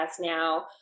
now